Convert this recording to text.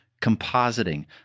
compositing